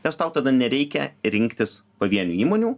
nes tau tada nereikia rinktis pavienių įmonių